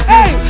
Hey